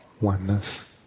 oneness